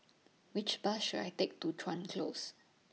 Which Bus should I Take to Chuan Close